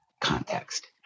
context